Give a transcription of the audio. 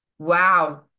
wow